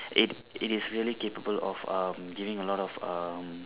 it it is really capable of um giving a lot of um